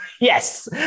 Yes